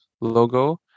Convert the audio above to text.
logo